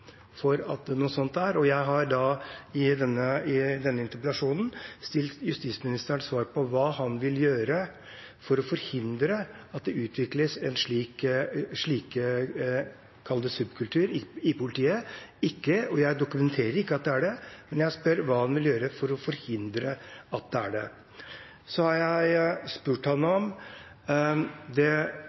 for at det er slik. Jeg har i denne interpellasjonen stilt justisministeren spørsmål om hva han vil gjøre for å forhindre at det utvikles en slik – kall det – subkultur i politiet, og jeg dokumenterer ikke at det er det, men jeg spør hva han vil gjøre for å forhindre at det er det. Så har jeg spurt ham om hvorvidt det